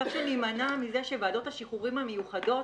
כך שנימנע מזה שוועדות השחרורים המיוחדות